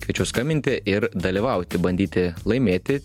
kviečiu skambinti ir dalyvauti bandyti laimėti